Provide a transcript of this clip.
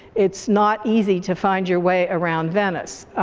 it's not easy to find your way around venice.